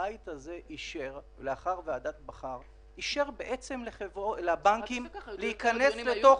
הבית הזה אישר לאחר ועדת בכר לבנקים להיכנס אל תוך